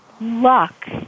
luck